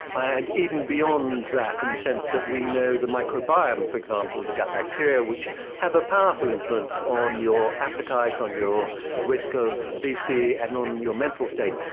and even beyond that in the sense that we know the microbiome, for example, the gut bacteria which have a powerful influence on your appetite, on your risk of obesity and on your mental state,